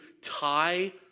tie